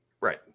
right